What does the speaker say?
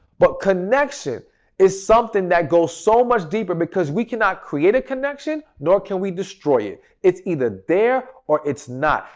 but connection is something that goes so much deeper because we cannot create a connection nor can we destroy it. it's either there or it's not.